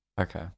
okay